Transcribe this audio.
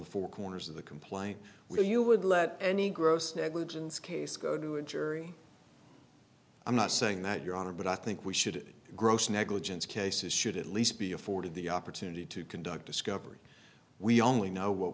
the four corners of the complaint where you would let any gross negligence case go to a jury i'm not saying that your honor but i think we should gross negligence cases should at least be afforded the opportunity to conduct discovery we only know what